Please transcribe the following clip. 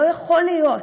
לא יכול להיות